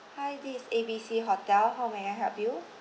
hi this is A B C hotel how may I help you